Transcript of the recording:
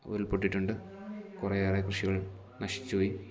ഉരുൾപ്പൊട്ടിയിട്ടുണ്ട് കുറേയേറെ കൃഷികൾ നശിച്ചുപോയി